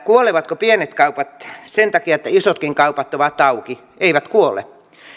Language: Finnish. kuolevatko pienet kaupat sen takia että isotkin kaupat ovat auki eivät kuole